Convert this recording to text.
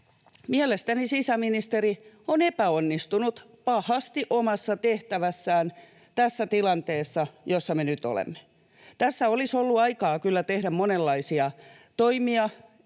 mielestäni sisäministeri on epäonnistunut pahasti omassa tehtävässään tässä tilanteessa, jossa me nyt olemme. Tässä olisi kyllä ollut aikaa tehdä monenlaisia toimia,